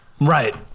right